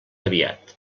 aviat